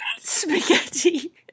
spaghetti